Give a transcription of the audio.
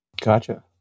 Gotcha